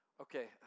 Okay